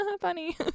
funny